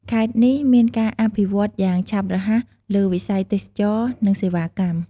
ខេត្តនេះមានការអភិវឌ្ឍន៍យ៉ាងឆាប់រហ័សលើវិស័យទេសចរណ៍ និងសេវាកម្ម។